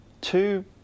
two